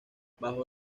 bajo